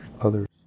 others